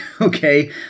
okay